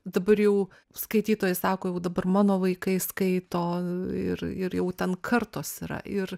dabar jau skaitytojai sako jau dabar mano vaikai skaito ir ir jau ten kartos yra ir